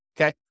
Okay